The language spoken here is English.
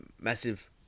massive